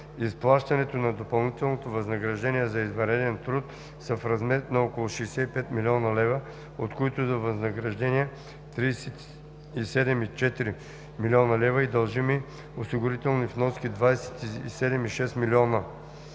изплащането на допълнителното възнаграждение за извънреден труд, са в размер на около 65 млн. лв., от които за възнаграждения 37,4 млн. лв. и дължими осигурителни вноски 27,6 млн. лв.,